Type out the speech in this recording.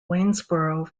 waynesboro